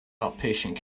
outpatient